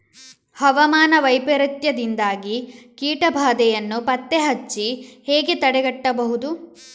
ಹವಾಮಾನ ವೈಪರೀತ್ಯದಿಂದಾಗಿ ಕೀಟ ಬಾಧೆಯನ್ನು ಪತ್ತೆ ಹಚ್ಚಿ ಹೇಗೆ ತಡೆಗಟ್ಟಬಹುದು?